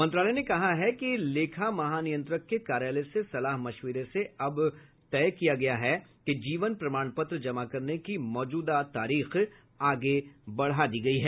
मंत्रालय ने कहा कि लेखा महानियंत्रक के कार्यालय से सलाह मशविरे से अब तय किया गया है कि जीवन प्रमाणपत्र जमा करने की मौजूदा तारीख आगे बढ़ा दी गई है